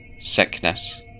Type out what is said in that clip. sickness